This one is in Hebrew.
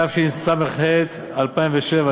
התשס"ח 2007,